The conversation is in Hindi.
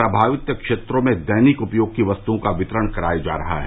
प्रमावित क्षेत्रों में दैनिक उपयोग की वस्तुओं का वितरण कराया जा रहा है